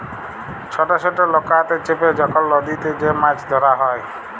ছট ছট লকাতে চেপে যখল লদীতে যে মাছ ধ্যরা হ্যয়